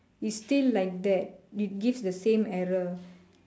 it's still like that it gives the same error